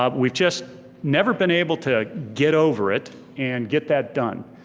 ah we've just never been able to get over it and get that done.